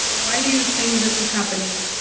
why do you think this is happening?